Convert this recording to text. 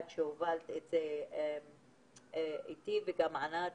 שהובלת את זה איתי, ותודה לענת,